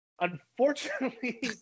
unfortunately